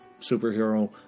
superhero